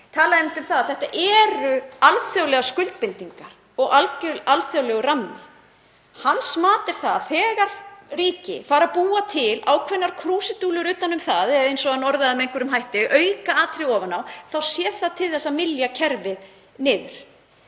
talaði einmitt um það að þetta væru alþjóðlegar skuldbindingar og alþjóðlegur rammi. Hans mat er það að þegar ríki fari að búa til ákveðnar krúsidúllur utan um það, eins og hann orðaði það með einhverjum hætti, aukaatriði ofan á það, sé það til þess að mylja kerfið niður.